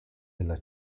della